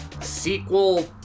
sequel